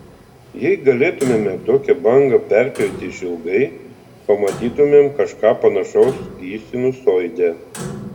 jei galėtumėme tokią bangą perpjauti išilgai pamatytumėm kažką panašaus į sinusoidę